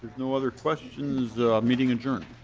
no other question meeting adjourned.